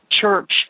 church